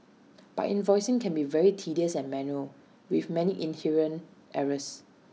but invoicing can be very tedious and manual with many inherent errors